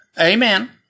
Amen